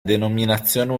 denominazione